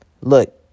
Look